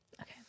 Okay